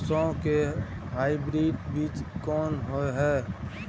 सरसो के हाइब्रिड बीज कोन होय है?